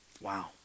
Wow